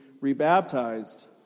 re-baptized